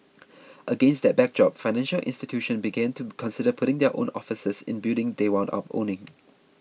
against that backdrop financial institutions began to consider putting their own offices in buildings they wound up owning